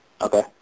Okay